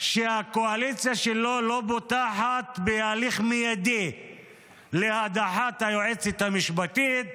שהקואליציה שלו לא פותחת בהליך מיידי להדחת היועצת המשפטית,